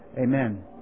Amen